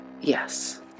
yes